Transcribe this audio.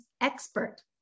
expert